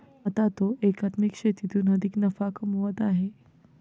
आता तो एकात्मिक शेतीतून अधिक नफा कमवत आहे